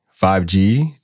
5G